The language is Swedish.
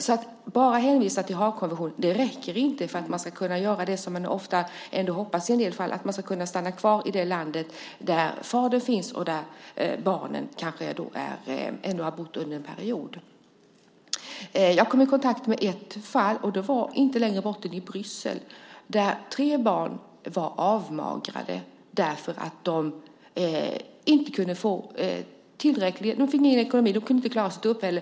Att bara hänvisa till Haagkonventionen räcker inte för att kvinnan ska kunna stanna kvar i det land där fadern finns och där barnen kanske har bott under en period. Jag kom i kontakt med ett fall, inte längre bort än i Bryssel, där tre barn var avmagrade för att de inte kunde klara sitt uppehälle.